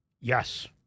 Yes